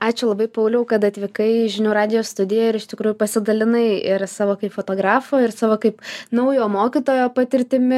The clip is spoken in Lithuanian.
ačiū labai pauliau kad atvykai į žinių radijo studiją ir iš tikrųjų pasidalinai ir savo kaip fotografo ir savo kaip naujo mokytojo patirtimi